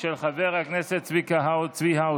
של חבר הכנסת צבי האוזר.